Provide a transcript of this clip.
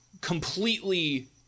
completely –